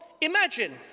imagine